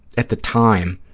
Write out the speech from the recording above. at the time,